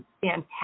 fantastic